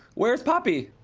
where's poppy?